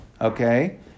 Okay